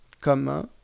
comment